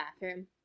bathroom